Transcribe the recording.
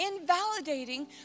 Invalidating